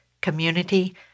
Community